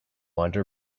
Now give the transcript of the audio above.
under